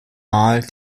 male